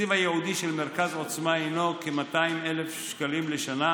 התקציב הייעודי של מרכז עוצמה הינו כ-200,000 שקלים לשנה,